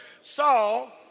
Saul